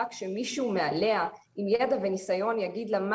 רק שמישהו מעליה עם ידע וניסיון יגיד לה מה